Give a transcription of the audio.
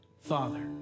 father